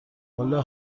والا